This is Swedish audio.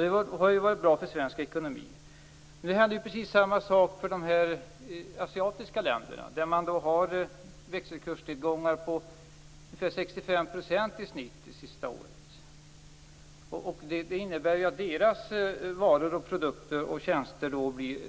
Det har varit bra för svensk ekonomi. Nu händer precis samma sak för de asiatiska länderna. Man har växelkursnedgångar på ungefär 65 % i snitt det senaste året. Det innebär att deras varor och tjänster